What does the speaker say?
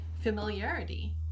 Familiarity